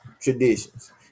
traditions